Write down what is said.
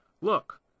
Look